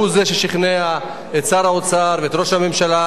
הוא זה ששכנע את שר האוצר ואת ראש הממשלה.